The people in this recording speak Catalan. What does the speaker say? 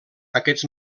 aquests